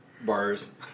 bars